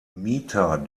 mieter